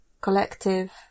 collective